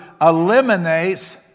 eliminates